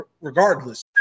regardless